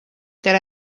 that